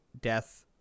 Death